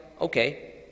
okay